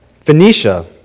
Phoenicia